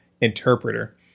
interpreter